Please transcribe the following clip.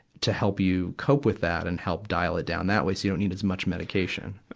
to help you cope with that and help dial it down? that way, so you don't need as much medication.